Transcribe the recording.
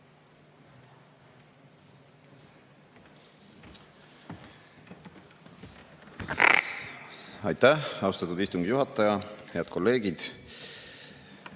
Aitäh, austatud istungi juhataja! Head kolleegid!